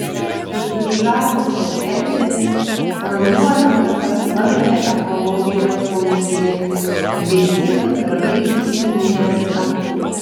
kaip ir žaliosios erdvės vanduo atlieka svarbią ekologinę funkciją vėsina perkaitusį miestą